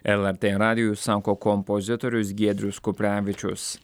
lrt radijui sako kompozitorius giedrius kuprevičius